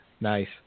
Nice